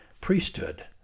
priesthood